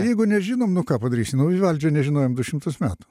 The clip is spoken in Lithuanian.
jeigu nežinom nu ką padarysi nu vivaldžio nežinojom du šimtus metų